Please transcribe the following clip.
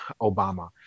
Obama